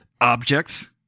objects